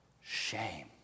shame